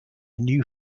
new